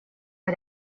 bei